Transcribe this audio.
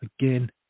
Again